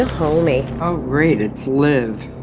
homey. oh great, it's liv.